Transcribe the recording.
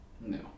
No